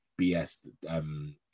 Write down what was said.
BS